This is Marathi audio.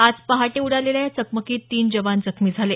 आज पहाटे उडालेल्या या चकमकीत तीन जवान जखमी झाले